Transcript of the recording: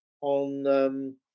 on